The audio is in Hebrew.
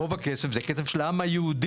רוב הכסף זה כסף של העם היהודי.